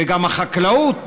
וגם החקלאות,